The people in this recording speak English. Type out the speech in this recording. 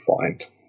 find